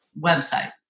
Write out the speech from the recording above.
website